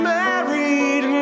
married